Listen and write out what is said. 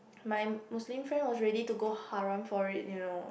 my Muslim friend was ready to go haram for it you know